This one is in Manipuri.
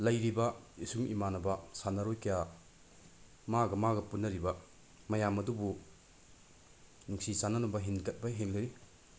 ꯂꯩꯔꯤꯕ ꯏꯁꯨꯡ ꯏꯃꯥꯟꯅꯕ ꯁꯥꯟꯅꯔꯣꯏ ꯀꯌꯥ ꯃꯥꯒ ꯃꯥꯒ ꯄꯨꯟꯅꯔꯤꯕ ꯃꯌꯥꯝ ꯑꯗꯨꯕꯨ ꯅꯨꯡꯁꯤ ꯆꯥꯟꯅꯅꯕ ꯍꯦꯟꯒꯠꯄ ꯍꯦꯟꯒꯅꯤ